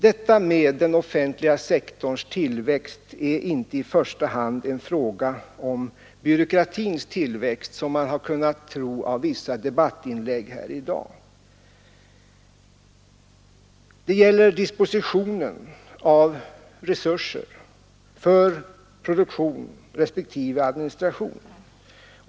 Detta med den offentliga sektorns tillväxt är inte i första hand en fråga om byråkratins tillväxt och dispositionen av resurser för produktion respektive administration.